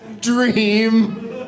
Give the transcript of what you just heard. Dream